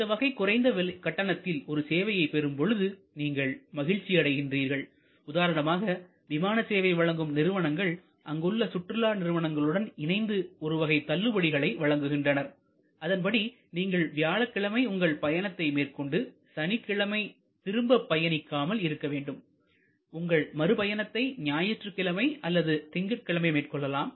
இந்த வகை குறைந்த கட்டணத்தில் ஒரு சேவையை பெறும் பொழுது நீங்கள் மகிழ்ச்சி அடைகின்றார்கள் உதாரணமாக விமான சேவை வழங்கும் நிறுவனங்கள் அங்குள்ள சுற்றுலா நிறுவனங்களுடன் இணைந்து ஒரு வகை தள்ளுபடிகளை வழங்குகின்றனர் அதன்படி நீங்கள் வியாழக்கிழமை உங்கள் பயணத்தை மேற்கொண்டு சனிக்கிழமை திரும்ப பயணிக்காமல் இருக்க வேண்டும் உங்கள் மறு பயணத்தை ஞாயிற்றுக்கிழமை அல்லது திங்கட்கிழமை மேற்கொள்ளலாம்